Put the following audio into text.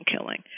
killing